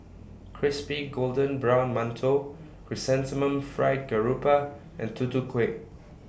Crispy Golden Brown mantou Chrysanthemum Fried Garoupa and Tutu Kueh